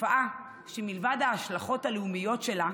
תופעה שמביאה עימה, מלבד ההשלכות הלאומיות שלה,